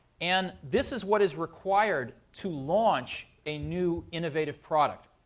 and this is what is required to launch a new innovative product.